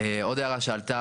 עוד הערה שעלתה,